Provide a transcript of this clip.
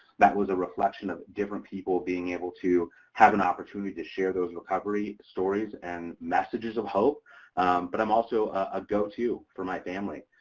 that was a reflection of different people being able to have an opportunity to share those recovery stories and messages of hope but i'm also a go to for my family,